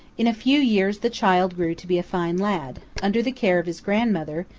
in a few years the child grew to be a fine lad, under the care of his grandmother,